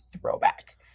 throwback